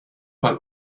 mal